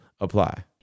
apply